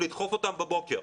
לדחוף אותם בבוקר.